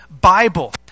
Bible